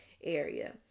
area